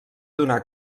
donar